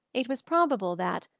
it was probable that,